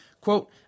quote